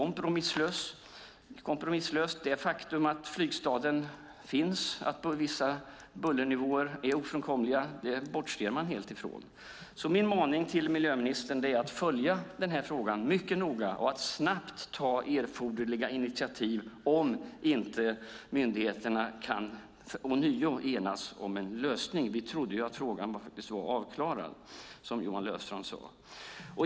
Man bortser helt från det faktum att flygstaden finns och att vissa bullernivåer är ofrånkomliga. Min maning till miljöministern är att han ska följa den här frågan mycket noga och snabbt ta erforderliga initiativ om inte myndigheterna ånyo kan enas om en lösning. Vi trodde ju att frågan var avklarad, som Johan Löfstrand sade.